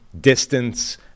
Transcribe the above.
distance